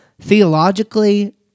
theologically